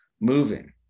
Moving